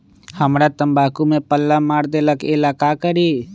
हमरा तंबाकू में पल्ला मार देलक ये ला का करी?